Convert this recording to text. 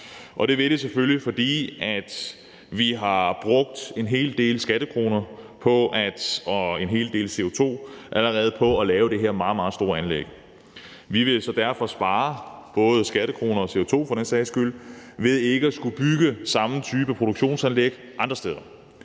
Det vil det selvfølgelig, fordi vi allerede har brugt en hel del skattekroner og en hel del CO2 på at lave det her meget, meget store anlæg. Vi vil så derfor spare både skattekroner og CO2 for den sags skyld ved ikke at skulle bygge samme type produktionsanlæg andre steder.